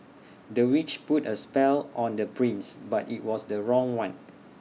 the witch put A spell on the prince but IT was the wrong one